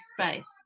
space